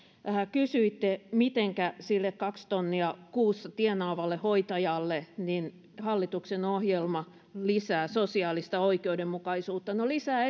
kysyitte mitenkä sille kaksi tonnia kuussa tienaavalle hoitajalle hallituksen ohjelma lisää sosiaalista oikeudenmukaisuutta no se lisää